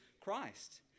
Christ